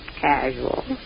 casual